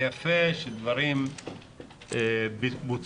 זה יפה שדברים בוצעו,